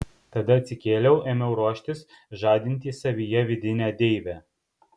tada atsikėliau ėmiau ruoštis žadinti savyje vidinę deivę